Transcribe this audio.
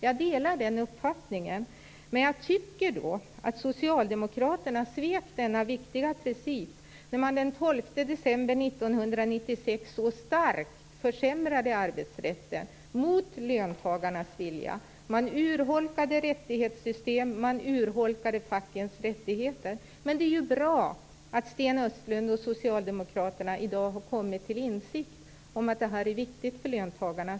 Jag delar den uppfattningen, men jag tycker att socialdemokraterna svek denna viktiga princip när man den 12 december 1996 så starkt försämrade arbetsrätten, mot löntagarnas vilja. Man urholkade rättighetssystem och fackliga rättigheter. Men det är ju bra att Sten Östlund och Socialdemokraterna i dag har kommit till insikt om att det här är viktigt för löntagarna.